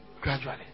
Gradually